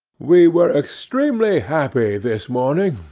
we were extremely happy this morning,